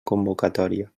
convocatòria